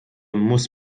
muss